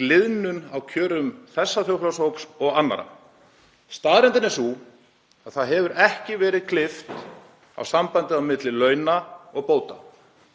gliðnun milli kjara þessa þjóðfélagshóps og annarra. Staðreyndin er sú að það hefur ekki verið klippt á sambandið milli launa og bóta.